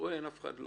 ואז בסוף,